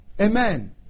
Amen